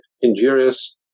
injurious